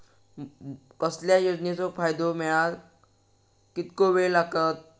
कसल्याय योजनेचो फायदो मेळाक कितको वेळ लागत?